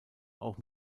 auch